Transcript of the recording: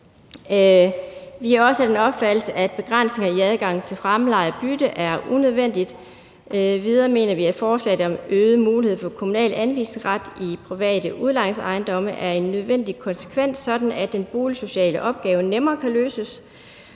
Vi er også af den opfattelse, at begrænsninger i adgangen til fremleje og bytte er unødvendig. Endvidere mener vi, at forslaget om øget mulighed for kommunal anvisningsret i private udlejningsejendomme er en nødvendig konsekvens, sådan at den boligsociale opgave nemmere kan løses,